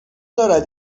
دارد